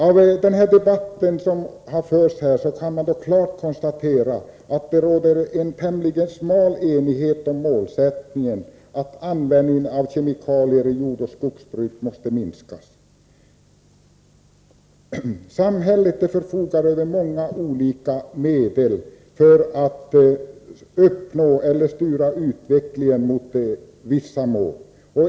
Av den debatt som förts här har man klart kunnat konstatera att det råder en tämligen smal enighet om målsättningen att användningen av kemikalier i jordoch skogsbruket måste minskas. Samhället förfogar över många olika medel för att styra utvecklingen mot vissa mål.